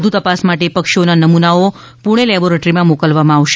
વધુ તપાસ માટે પક્ષીઓના નમૂનાઓ પૂણે લેબોરેટરીમાં મોકલવામાં આવશે